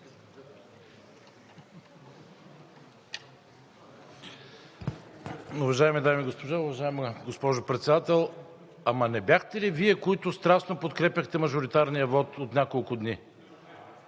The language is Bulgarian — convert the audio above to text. Уважаеми дами и господа, уважаема госпожо Председател! Ама не бяхте ли Вие тези, които страстно подкрепяхте мажоритарния вот от няколко дни?